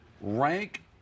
rank